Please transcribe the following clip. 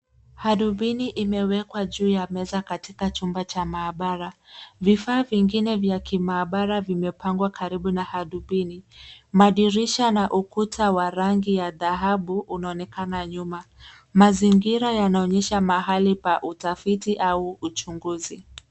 Hadubini imewekwa juu ya meza katika chumba cha maabara. Vifaa vingine vya kimaabara vimepangwa karibu na hadubini. Madirisha na ukuta wa rangi ya dhahabu unaonekana nyuma. Mazingira yanaonyesha mahali pa utafiti au uchunguzi.